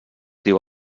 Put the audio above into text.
diu